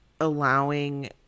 allowing